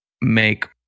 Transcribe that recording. make